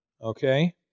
okay